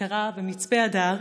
אזכרה במצפה הדר,